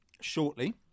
shortly